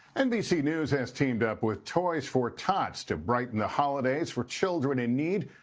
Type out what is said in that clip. nbc news has teamed up with toys for tots to brighten the holidays for children in need.